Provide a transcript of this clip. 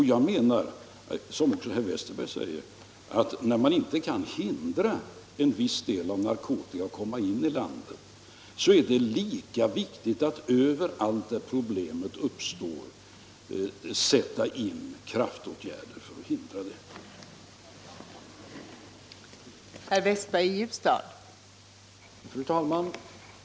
Jag menar, som herr Westberg också säger, att när man inte kan hindra en viss del av narkotikan att komma in i landet, är det lika viktigt att överallt där problemet uppstår sätta in kraftåtgärder för att hindra en utbredning av narkotikamissbruket.